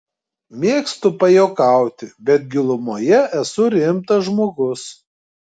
mėgstu pajuokauti bet gilumoje esu rimtas žmogus